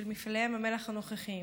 של מפעלי ים המלח הנוכחיים,